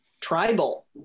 tribal